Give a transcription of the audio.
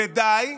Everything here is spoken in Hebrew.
ודי.